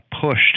pushed